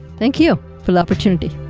thank you for the opportunity